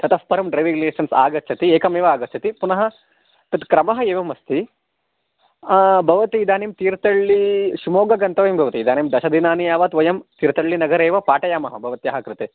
ततः परं driving licence आगच्छति एकमेव आगच्छति पुनः तत् क्रमः एवम् अस्ति भवती इदानीं तीर्थहल्लि शिवमोग्गा गन्तव्यं भवति इदानीं दशदिनानि यावत् वयं तीर्थहल्लि नगरेव पाठयामः भवत्याः कृते